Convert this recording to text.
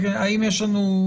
האם יש לנו,